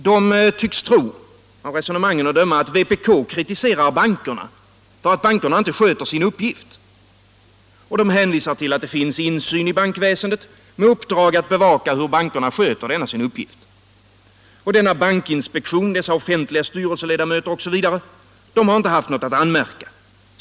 Man tycks tro, av resonemangen att döma, att vpk kritiserar bankerna för att dessa inte sköter sin uppgift. Man hänvisar till att det finns insyn i bankväsendet med uppdrag att bevaka, hur bankerna sköter denna sin uppgift. Och denna bankinspektion, dessa offentliga styrelseledamöter osv. — de har inte haft något att anmärka.